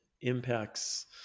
impacts